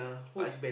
I